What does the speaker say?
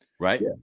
right